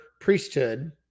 priesthood